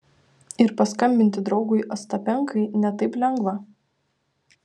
ir paskambinti draugui ostapenkai ne taip lengva